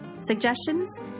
suggestions